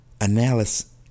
analysis